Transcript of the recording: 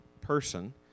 person